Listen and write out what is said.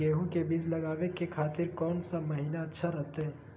गेहूं के बीज लगावे के खातिर कौन महीना अच्छा रहतय?